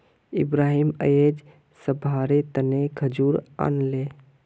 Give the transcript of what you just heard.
इब्राहिम अयेज सभारो तने खजूर आनले